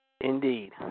Indeed